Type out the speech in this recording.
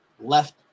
left